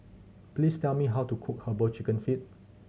please tell me how to cook Herbal Chicken Feet